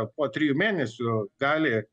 po trijų mėnesių gali